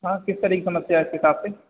हाँ किस तरह की समस्या है इस हिसाब से